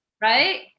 right